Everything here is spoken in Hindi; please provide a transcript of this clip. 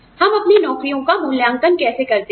हम अपनी नौकरियों का मूल्यांकन कैसे करते हैं